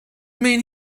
mean